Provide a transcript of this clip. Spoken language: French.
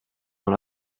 dans